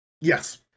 Yes